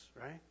right